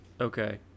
Okay